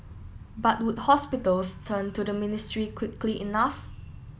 but would hospitals turn to the ministry quickly enough